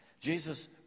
Jesus